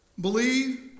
believe